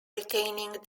retaining